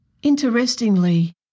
Interestingly